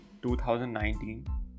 2019